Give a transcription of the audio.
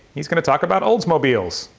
he's going to talk about oldsmobiles.